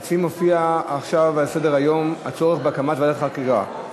אצלי מופיע עכשיו על סדר-היום: הצורך בהקמת ועדת חקירה.